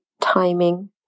timing